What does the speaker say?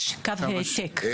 יש גם העתק.